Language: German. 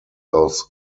aus